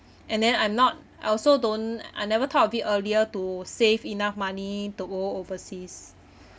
and then I'm not I also don't I never thought of it earlier to save enough money to go overseas